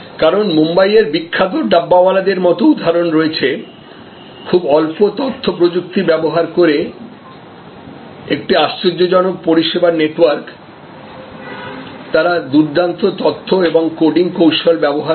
কারণ মুম্বাইয়ের বিখ্যাত ডাব্বাওয়ালাদের মতো উদাহরণ রয়েছে খুব অল্প তথ্য প্রযুক্তি ব্যবহার করে একটি আশ্চর্যজনক পরিষেবা নেটওয়ার্ক তারা দুর্দান্ত তথ্য এবং কোডিং কৌশল ব্যবহার করে